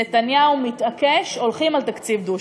נתניהו מתעקש: הולכים על תקציב דו-שנתי.